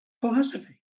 philosophy